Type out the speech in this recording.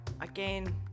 again